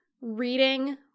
reading